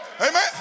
Amen